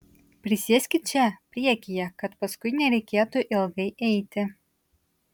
prisėskit čia priekyje kad paskui nereikėtų ilgai eiti